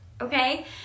Okay